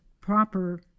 proper